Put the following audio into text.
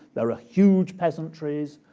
there are huge peasantries.